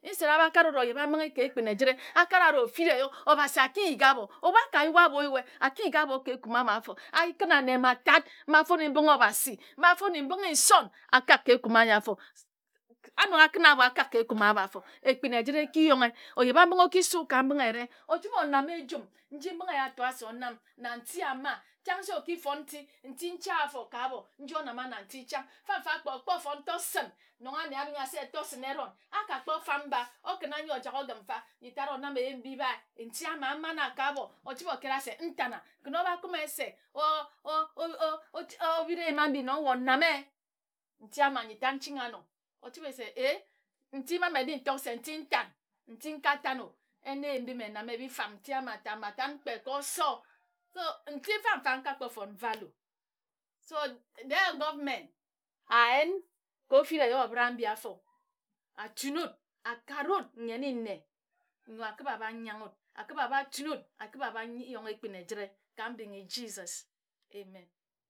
Instead a bha kare wut oyebha mbǝnghe ka ekpin ejǝre a kara wut ofirayo obhasi a ki yighi abho. Ebhu a ka yue abho o yue a ki yighi abho ka ekume ama afo. A kǝn ane ma tat ma a fone mbǝnghe obase, mme a fone mbǝnghe nson a kak ka ekume aji afo sisi a nok a kǝn abho a kak ka ekume ama afo ekpin ejǝre e ki yonghe oyebha mbǝnghe o ki sue ka mbǝnghe eyere o chǝbhe o nama ejum nji mbǝnghe eya a toe se o nam na nti ama chang se oki fon nti n cha afo ka abho nji o nama na na nti chang mfa mfa kpe o kpo toson erong ane a bhingha se tosǝn eron. A ka kpo fam mba o kǝna nyi o jak ogǝm mfa nji tat o nam eyim bibhae nti ama m mana ka abho o chǝbhe o kera se n tana kǝn o bha kume se oo o bhiri eyim ambi nong we o name nti ama nji tat n chinghi ano o chǝbhe se e nti mma mme n di n tok se nti ntan nti n ka tan o yen eyim mbi me name bi fam. Nti ama tat m kpe ka oso. So nti mfa nfa n ka kpo fam mba n ka kpo fon value so a yen ofiraeyo obhǝre ambi afo. Atuni wut, a kare wut nnyen i nne nyo a kǝbha a bha nyaghe wut. kǝbha a bha tuni wut. A kǝbha a bha yongha ekpin ejǝre